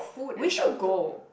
we should go